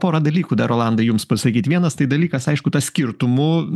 porą dalykų dar rolandai jums pasakyt vienas tai dalykas aišku tas skirtumų